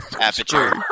aperture